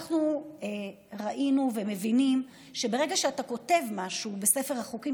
אנחנו ראינו ומבינים שברגע שאתה כותב משהו בספר החוקים